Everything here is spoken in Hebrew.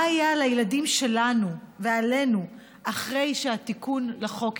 מה יהיה על הילדים שלנו ועלינו אחרי שהתיקון לחוק יעבור.